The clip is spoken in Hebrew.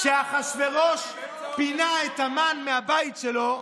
כשאחשוורוש פינה את המן מהבית שלו,